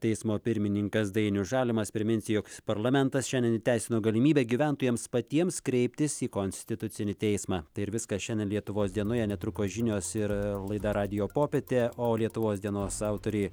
teismo pirmininkas dainius žalimas priminsiu jog parlamentas šiandien įteisino galimybę gyventojams patiems kreiptis į konstitucinį teismą tai ir viskas šiandien lietuvos dienoje netrukus žinios ir laida radijo popietė o lietuvos dienos autorė